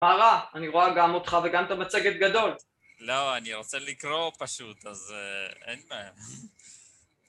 פרה, אני רואה גם אותך וגם את המצגת גדול. לא, אני רוצה לקרוא פשוט, אז אין בעיה.